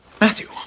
Matthew